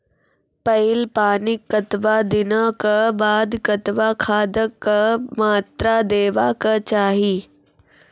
पहिल पानिक कतबा दिनऽक बाद कतबा खादक मात्रा देबाक चाही?